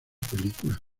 películas